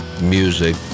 music